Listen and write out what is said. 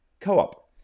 Co-op